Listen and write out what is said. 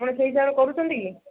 ଆପଣ ସେଇ ହିସାବରେ କରୁଛନ୍ତି କି